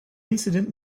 incident